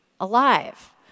alive